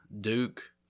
Duke